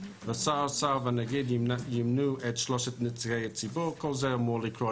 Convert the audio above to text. ושר האוצר והנגיד ימנו את שלושת נציגי הציבור כל זה אמור לקרות,